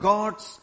God's